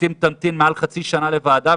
לעיתים תמתין מעל חצי שנה לוועדה,